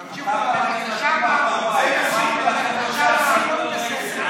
זה לשים גזען מול לוחם חירות.